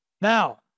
Now